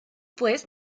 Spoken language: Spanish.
pues